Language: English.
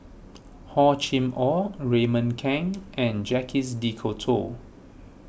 Hor Chim or Raymond Kang and Jacques De Coutre